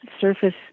surface